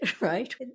right